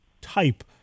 type